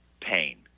pain